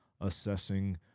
assessing